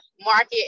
market